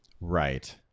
Right